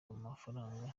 amafaranga